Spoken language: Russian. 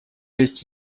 есть